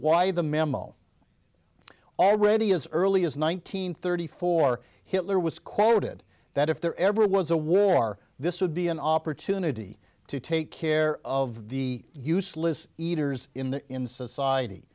why the memo already as early as one nine hundred thirty four hitler was quoted that if there ever was a war this would be an opportunity to take care of the useless eaters in the in society